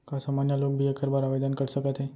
का सामान्य लोग भी एखर बर आवदेन कर सकत हे?